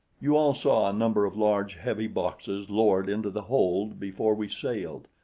you all saw a number of large, heavy boxes lowered into the hold before we sailed.